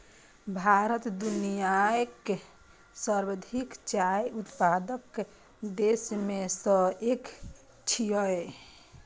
भारत दुनियाक सर्वाधिक चाय उत्पादक देश मे सं एक छियै